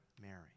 Mary